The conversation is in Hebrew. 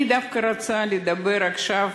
אני דווקא רוצה לדבר עכשיו,